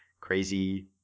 crazy